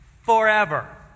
forever